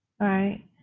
right